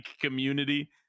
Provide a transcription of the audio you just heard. community